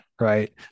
right